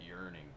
yearning